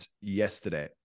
yesterday